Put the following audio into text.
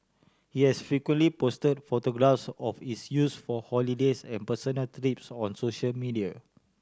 he has frequently posted photographs of its use for holidays and personal trips on social media